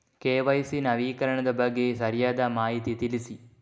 KYC ನವೀಕರಣದ ಬಗ್ಗೆ ಸರಿಯಾದ ಮಾಹಿತಿ ತಿಳಿಸಿ?